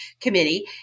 committee